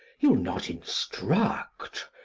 he'll not instruct,